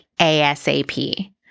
ASAP